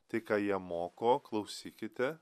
tai ką jie moko klausykite